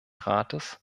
rates